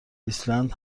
ایسلند